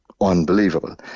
Unbelievable